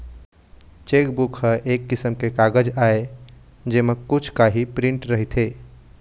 chequebook ह एक किसम के कागज आय जेमा कुछ काही प्रिंट रहिथे